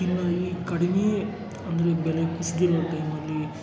ಇನ್ನೂ ಈ ಕಡಿಮೆಯೇ ಅಂದರೆ ಬೆಲೆ ಕುಸಿದಿರೊ ಟೈಮಲ್ಲಿ